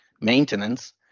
maintenance